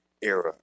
era